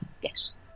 yes